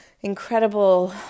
incredible